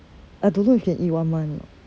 I don't know if you can eat one month or not